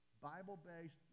Bible-based